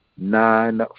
nine